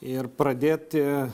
ir pradėti